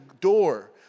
door